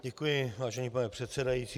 Děkuji, vážený pane předsedající.